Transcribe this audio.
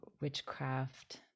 witchcraft